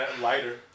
lighter